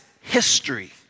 history